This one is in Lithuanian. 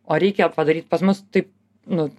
o reikia padaryt pas mus taip nu